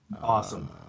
Awesome